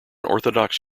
orthodox